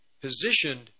positioned